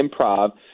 Improv